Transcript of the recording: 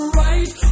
right